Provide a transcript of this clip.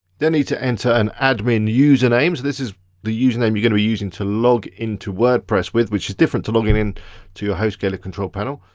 then need to enter an admin username, so this is the username you're gonna be using to log into wordpress, which is different to logging in to your hostgator control panel.